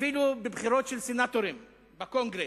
אפילו בבחירות של סנטורים בקונגרס.